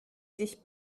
sich